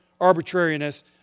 arbitrariness